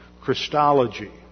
Christology